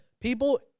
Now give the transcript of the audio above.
People